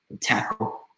tackle